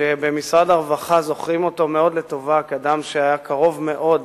שבמשרד הרווחה זוכרים אותו מאוד לטובה כאדם שהיה קרוב מאוד